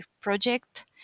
project